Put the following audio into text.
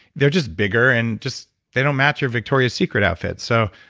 they're just bigger and just they don't match your victoria's secret outfit. so,